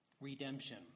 redemption